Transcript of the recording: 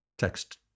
Text